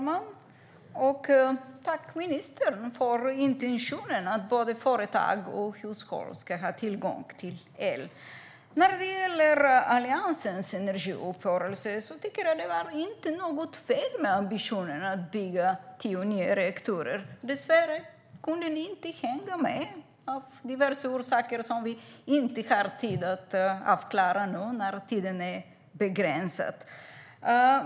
Fru talman! Tack, ministern, för intentionen att både företag och hushåll ska ha tillgång till el! När det gäller Alliansens energiuppgörelse tycker jag inte att det var något fel med ambitionen att bygga tio nya reaktorer. Dessvärre kunde ni inte hänga med av diverse orsaker som vi inte har tid att klara ut nu med begränsad talartid.